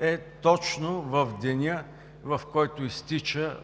е точно в деня, в който изтича